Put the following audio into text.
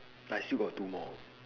I still got two more